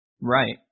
Right